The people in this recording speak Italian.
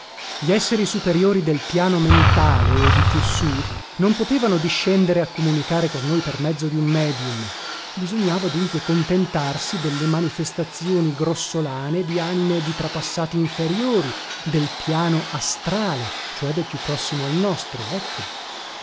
gli esseri superiori del piano mentale o di più sù non potevano discendere a comunicare con noi per mezzo di un medium bisognava dunque contentarsi delle manifestazioni grossolane di anime di trapassati inferiori del piano astrale cioè del più prossimo al nostro ecco